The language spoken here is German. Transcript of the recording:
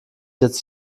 jetzt